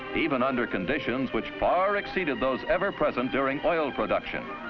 even under conditions which far exceeded those ever present during oil production.